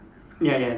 ya ya